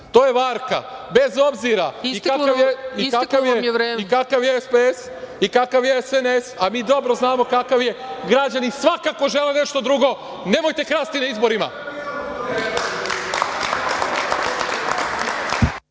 **Radomir Lazović** I kakav je SPS i kakav je SNS, mi dobro znamo kakav je. Građani svakako žele nešto drugo. Nemojte krasti na izborima.